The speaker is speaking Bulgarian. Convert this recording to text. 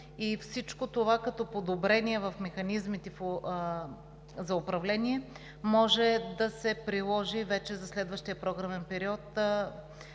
и всичко това като подобрение в механизмите за управление може да се приложи за следващия програмен период,